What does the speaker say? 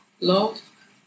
love